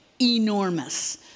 enormous